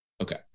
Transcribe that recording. Okay